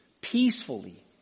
peacefully